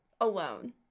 alone